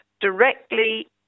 directly